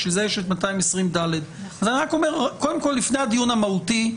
בשביל זה יש את 220ד. לפני הדיון המהותי,